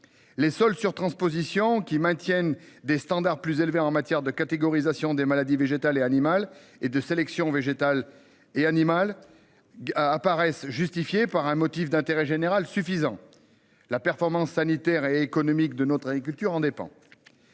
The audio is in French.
Les sols sur-transposition qui maintiennent des standards plus élevés en matière de catégorisation des maladies végétales et animales et de sélection végétale et animale. Apparaissent justifiée par un motif d'intérêt général suffisant. La performance sanitaire et économique de notre agriculture en dépend.